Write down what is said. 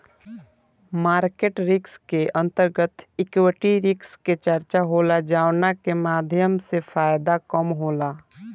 market risk के अंतर्गत equity risk के चर्चा होला जावना के माध्यम से फायदा कम होला